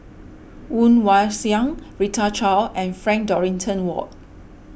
Woon Wah Siang Rita Chao and Frank Dorrington Ward